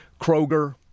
Kroger